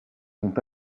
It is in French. sont